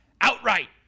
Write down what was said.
outright